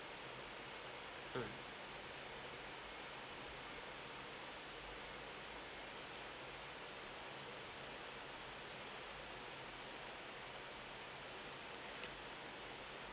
mm